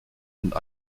und